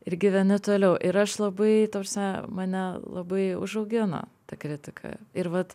ir gyveni toliau ir aš labai ta prasme mane labai užaugino ta kritika ir vat